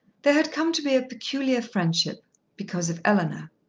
there had come to be a peculiar friendship because of eleanor.